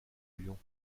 lyon